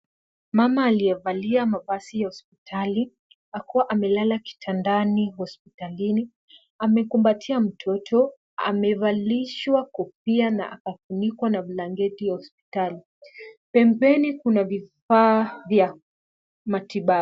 Mama aliyevalia mavazi ya hospitali hakuwa amelala kitandani hospitalini. Amekumbatia mtoto, amevalishwa kupia, na akafunikwa na blanketi ya hospitali. Pembeni kuna vifaa vya matibabu.